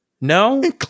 No